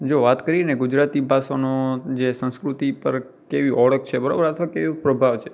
જો વાત કરીએ ને ગુજરાતી ભાષાનો જે સંસ્કૃતિ પર કેવી ઓળખ છે બરાબર અથવા કેવો પ્રભાવ છે